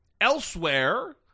elsewhere